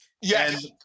Yes